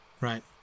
right